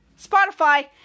Spotify